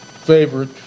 Favorite